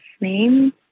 name